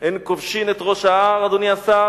אין כובשים את ראש ההר, אדוני השר,